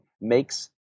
makes